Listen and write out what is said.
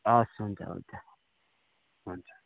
हवस् हुन्छ हुन्छ हुन्छ